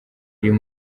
uyu